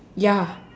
ya